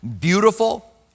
Beautiful